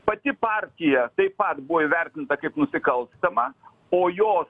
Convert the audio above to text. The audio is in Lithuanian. pati partija taip pat buvo įvertinta kaip nusikalstama o jos